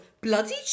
Bloody